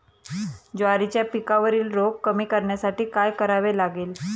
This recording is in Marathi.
ज्वारीच्या पिकावरील रोग कमी करण्यासाठी काय करावे लागेल?